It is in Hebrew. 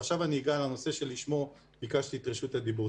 ועכשיו אני אגע בנושא שלשמו ביקשתי את רשות הדיבור.